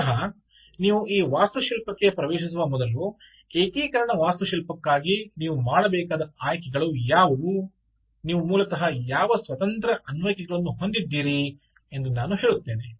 ಮೂಲತಃ ನೀವು ಈ ವಾಸ್ತುಶಿಲ್ಪಕ್ಕೆ ಪ್ರವೇಶಿಸುವ ಮೊದಲು ಏಕೀಕರಣ ವಾಸ್ತುಶಿಲ್ಪಕ್ಕಾಗಿ ನೀವು ಮಾಡಬೇಕಾದ ಆಯ್ಕೆಗಳು ಯಾವುವು ನೀವು ಮೂಲತಃ ಯಾವ ಸ್ವತಂತ್ರ ಅನ್ವಯಿಕೆಗಳನ್ನು ಹೊಂದಿದ್ದೀರಿ ಎಂದು ನಾನು ಹೇಳುತ್ತೇನೆ